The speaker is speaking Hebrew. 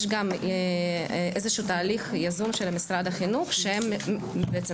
יש גם איזשהו תהליך יזום של משרד החינוך שהם בעצם